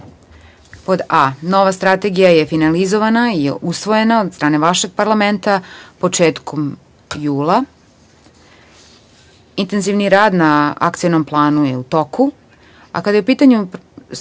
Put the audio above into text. a) - Nova strategija je finalizovana i usvojena je od strane vašeg parlamenta početkom jula. Intenzivniji rad na Ackionom planu je u toku. Kada je u pitanju strategija